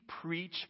preach